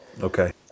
Okay